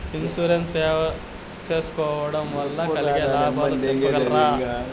Insurance సేసుకోవడం వల్ల కలిగే లాభాలు సెప్పగలరా?